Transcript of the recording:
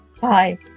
bye